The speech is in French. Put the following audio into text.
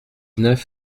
neuf